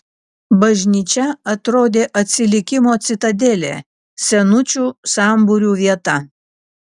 bažnyčia atrodė atsilikimo citadelė senučių sambūrių vieta